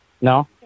No